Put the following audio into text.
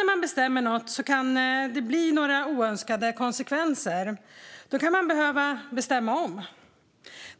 När man bestämmer något kan det ibland få oönskade konsekvenser. Man kan då behöva bestämma om.